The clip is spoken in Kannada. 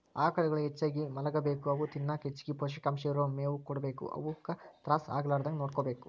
ಆಕಳುಗಳು ಹೆಚ್ಚಾಗಿ ಮಲಗಬೇಕು ಅವು ತಿನ್ನಕ ಹೆಚ್ಚಗಿ ಪೋಷಕಾಂಶ ಇರೋ ಮೇವು ಕೊಡಬೇಕು ಅವುಕ ತ್ರಾಸ ಆಗಲಾರದಂಗ ನೋಡ್ಕೋಬೇಕು